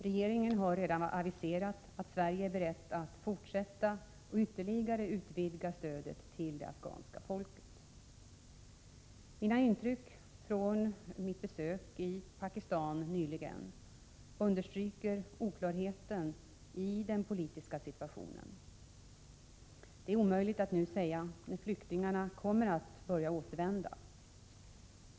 Regeringen har redan aviserat att Sverige är berett att fortsätta och ytterligare utvidga stödet till det afghanska folket. Mina intryck från mitt besök i Pakistan nyligen understryker oklarheten i den politiska situationen. Det är omöjligt att nu säga när flyktingarna kommer att börja återvända.